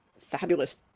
fabulous